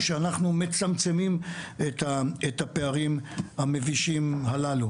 איזה אאוטסיידרית פה בעולם